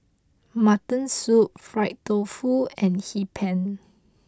Mutton Soup Fried Tofu and Hee Pan